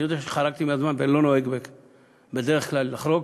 אני יודע שחרגתי מהזמן ואני לא נוהג בדרך כלל לחרוג,